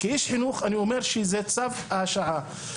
כאיש חינוך, אני אומר שזה צו השעה.